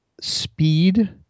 Speed